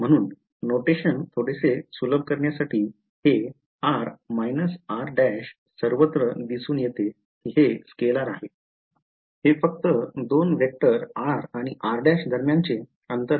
म्हणून नोटेशन थोडेसे सुलभ करण्यासाठी हे ।r - r'। सर्वत्र दिसून येते की हे स्केलर आहे फक्त एक अंतर आहे 2 वेक्टर r आणि r' दरम्यानचे अंतर